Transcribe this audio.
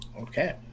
okay